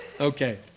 Okay